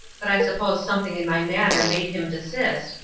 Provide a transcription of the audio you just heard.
but i suppose something in my manner made him desist,